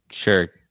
Sure